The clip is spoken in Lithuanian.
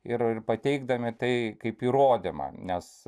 ir pateikdami tai kaip įrodymą nes